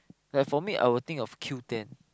like for me I will think of Q-ten